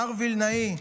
מר וילנאי,